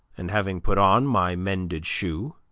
and, having put on my mended shoe,